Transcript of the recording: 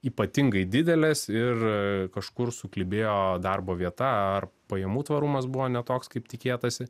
ypatingai didelės ir kažkur suklibėjo darbo vieta ar pajamų tvarumas buvo ne toks kaip tikėtasi